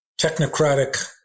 technocratic